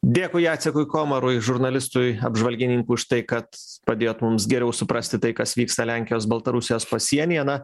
dėkui jacekui komarui žurnalistui apžvalgininku už tai kad padėjot mums geriau suprasti tai kas vyksta lenkijos baltarusijos pasienyje na